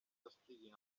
estiguin